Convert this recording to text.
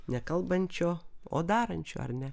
ne kalbančio o darančio ar ne